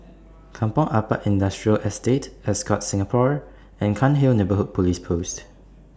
Kampong Ampat Industrial Estate Ascott Singapore and Cairnhill Neighbourhood Police Post